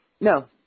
No